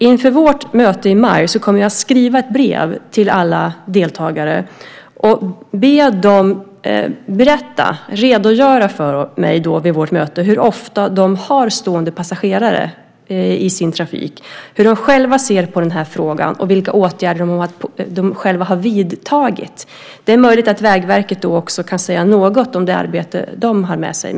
Inför vårt möte i maj kommer jag att skriva ett brev till alla deltagare och be dem redogöra för mig vid vårt möte hur ofta de har stående passagerare i sin trafik, hur de själva ser på den här frågan och vilka åtgärder de själva har vidtagit. Det är möjligt att Vägverket då också kan säga något om det arbete de har med sig.